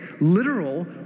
literal